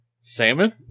Salmon